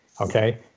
Okay